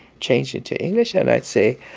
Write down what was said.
change it to english. and i'd say,